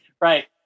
Right